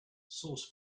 sauce